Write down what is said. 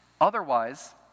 Otherwise